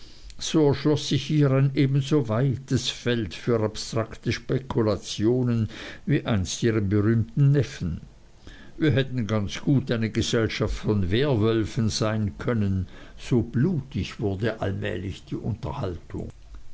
so erschloß sich ihr ein ebenso weites feld für abstrakte spekulationen wie einst ihrem berühmten neffen wir hätten ganz gut eine gesellschaft von werwölfen sein können so blutig wurde allmählich die unterhaltung